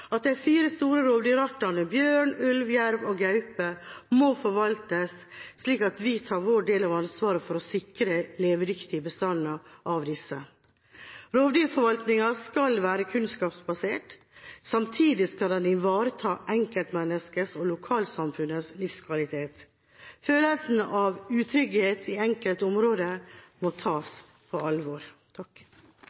Folkeparti at de fire store rovdyrartene, bjørn, ulv, jerv og gaupe, må forvaltes slik at vi tar vår del av ansvaret for å sikre levedyktige bestander av disse. Rovdyrforvaltningen skal være kunnskapsbasert. Samtidig skal den ivareta enkeltmenneskets og lokalsamfunnets livskvalitet. Følelsen av utrygghet i enkelte områder må